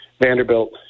Vanderbilt